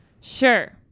sure